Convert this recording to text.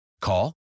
Call